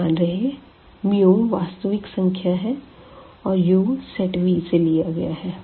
ध्यान रहे वास्तविक संख्या है और u सेट V से लिया गया है